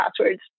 passwords